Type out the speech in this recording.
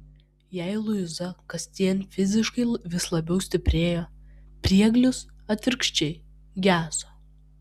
jei luiza kasdien fiziškai vis labiau stiprėjo prieglius atvirkščiai geso